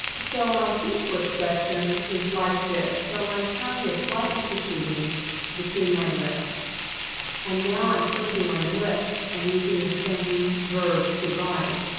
so my facial expression is like this, so my tongue is slightly protruding between my lips and now i'm pursing my lips and using the same verb. to write.